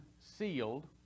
sealed